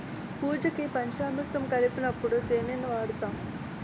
పూజకి పంచామురుతం కలిపినప్పుడు తేనిని వాడుతాము